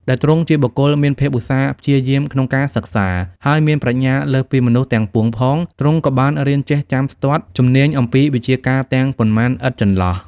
ដោយទ្រង់ជាបុគ្គលមានភាពឧស្សាហ៍ព្យាយាមក្នុងការសិក្សា ហើយមានប្រាជ្ញាលើសពីមនុស្សទាំងពួងផង ទ្រង់ក៏បានរៀនចេះចាំស្ទាត់ជំនាញអំពីវិជ្ជាការទាំងប៉ុន្មានឥតចន្លោះ។